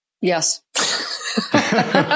yes